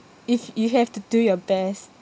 if you have to do your best